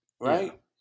right